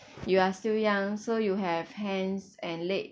you are still young so you have hands and leg